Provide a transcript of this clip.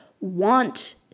want